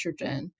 estrogen